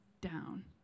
down